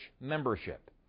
membership